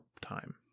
time